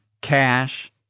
cash